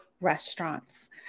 restaurants